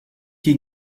you